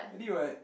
I did what